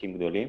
לעסקים גדולים.